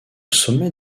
sommet